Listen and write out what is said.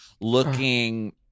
looking